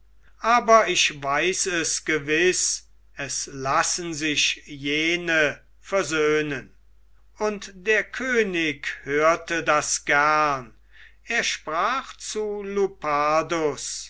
aber ich weiß es gewiß es lassen sich jene versöhnen und der könig hörte das gern er sprach zu